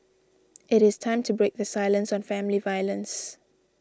it is time to break the silence on family violence